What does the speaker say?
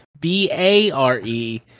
B-A-R-E